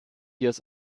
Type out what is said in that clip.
years